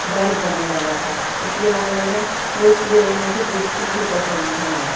درد ہونے لگا تھا اس لیے وہ میں نے وہ اس لیے وہ مجھے بالکل بھی پسند نہیں آئے